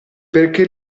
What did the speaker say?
perché